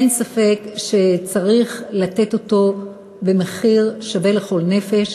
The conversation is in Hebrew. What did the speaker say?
אין ספק שצריך לתת אותו במחיר שווה לכל נפש,